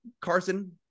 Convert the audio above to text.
Carson